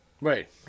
Right